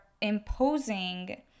imposing